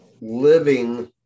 living